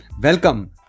welcome